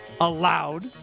allowed